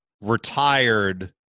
retired